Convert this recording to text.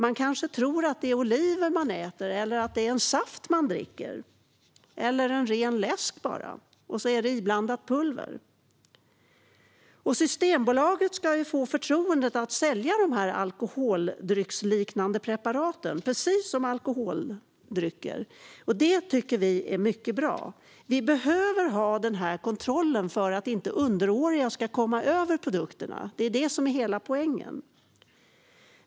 Man kanske tror att det bara är oliver man äter eller ren saft eller läsk man dricker fast det är pulver iblandat. Systembolaget ska få förtroendet att sälja dessa alkoholdrycksliknande preparat precis som alkoholdrycker, och det tycker vi är mycket bra. Denna kontroll behövs så att underåriga inte ska komma över dessa produkter. Det är det som är hela poängen.